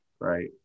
Right